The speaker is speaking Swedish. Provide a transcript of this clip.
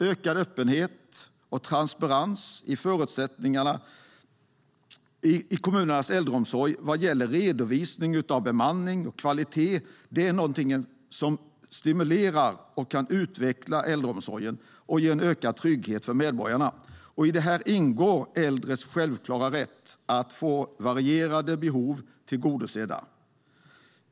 Ökad öppenhet och transparens i kommunernas äldreomsorg vad gäller redovisning av bemanning och kvalitet är något som stimulerar och kan utveckla äldreomsorgen samt ge en ökad trygghet för medborgarna. I detta ingår äldres självklara rätt att få varierade behov tillgodosedda.